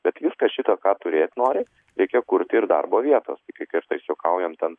bet viską šitą ką turėt nori reikia kurti ir darbo vietas tai kai kartais juokaujam ten